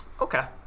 Okay